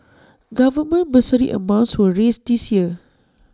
government bursary amounts were raised this year